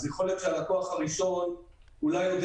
יכול להיות שהלקוח הראשון אולי יודע